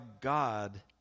God